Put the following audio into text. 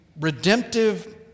redemptive